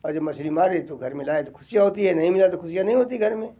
और जब मछली मारे तो घर में लाए तो ख़ुशियाँ होती है नहीं ले आए तो ख़ुशियाँ नहीं होती घर में